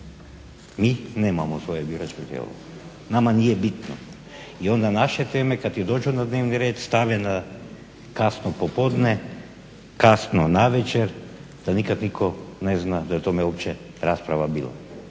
Mi nemamo svoje biračko tijelo, nama nije bitno. I onda naše teme kad i dođu na dnevni red stave kasno popodne, kasno navečer, da nikad niko ne zna da je o tome uopće rasprava bila.